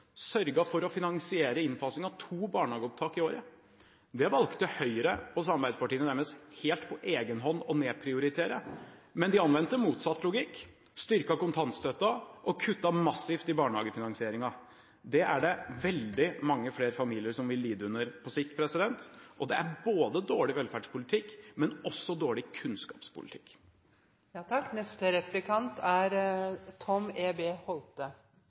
for å finansiere innfasing av to barnehageopptak i året. Det valgte Høyre og samarbeidspartiene deres helt på egenhånd å nedprioritere, men de anvendte motsatt logikk: styrket kontantstøtten og kuttet massivt i barnehagefinansieringen. Det er det veldig mange flere familier som vil lide under på sikt, og det er ikke bare dårlig velferdspolitikk, men også dårlig